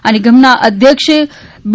આ નિગમના અધ્યક્ષ બી